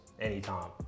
anytime